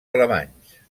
alemanys